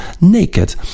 naked